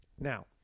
Now